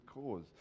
cause